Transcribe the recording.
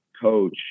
coach